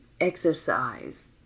exercise